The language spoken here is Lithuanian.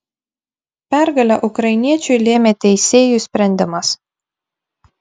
pergalę ukrainiečiui lėmė teisėjų sprendimas